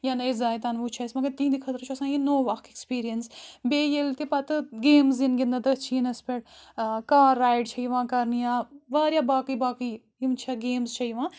یا نٔے زایِتَن وٕچھ آسہِ مگر تِہِندِ خٲطر چھُ آسان یہِ نوٚو اَکھ اؠکسپیٖرِیَنس بِییہِ یؠلہِ تہِ پَتہٕ گیمٕز یِن گِندنہٕ تٔتھۍ شیٖنَس پؠٹھ کار رایڈ چھِ یِوان کَرنہٕ یا واریاہ باقی باقی یِم چھےٚ گیمٕز چھِ یِوان